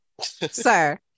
Sir